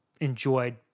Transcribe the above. enjoyed